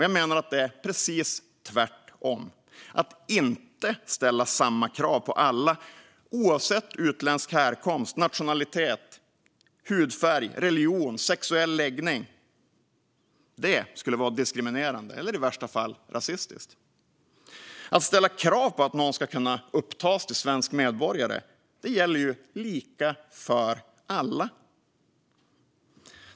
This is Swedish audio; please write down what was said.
Jag menar att det är precis tvärtom: att inte ställa samma krav på alla, oavsett utländsk härkomst, nationalitet, hudfärg, religion eller sexuell läggning, skulle vara diskriminerande eller i värsta fall rasistiskt. Att ställa krav för att någon ska kunna upptas till svensk medborgare gäller ju lika för alla.